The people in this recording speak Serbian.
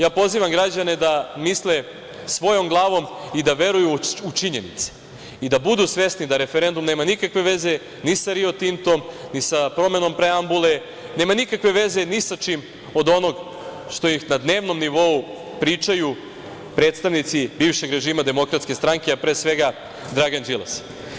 Ja pozivam građane da misle svojom glavo i da veruju u činjenice i da budu svesni da referendum nema nikakve veze ni sa Rio Tintom, ni sa promenom preambule, nema nikakve veze ni sa čim od onog što im na dnevnom nivou pričaju predstavnici bivšeg režima DS, a pre svega Dragan Đilas.